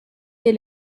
des